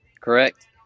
correct